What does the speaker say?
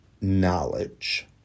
knowledge